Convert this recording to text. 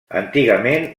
antigament